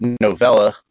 novella